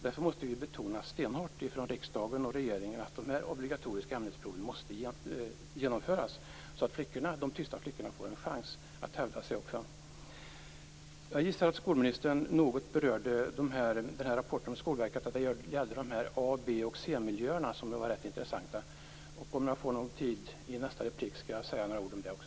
Därför måste riksdagen och regeringen betona stenhårt att de obligatoriska ämnesproven måste genomföras så att de tysta flickorna får en chans att hävda sig. Jag gissar att skolministern berörde något rapporterna om A-, B och C-miljöerna. Om jag får tid för det i nästa inlägg skall jag säga några ord om det också.